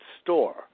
store